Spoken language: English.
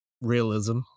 realism